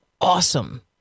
awesome